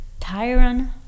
Tyron